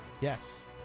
Yes